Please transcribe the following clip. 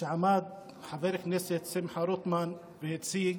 שעמד חבר הכנסת שמחה רוטמן והציג,